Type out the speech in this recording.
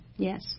Yes